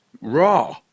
raw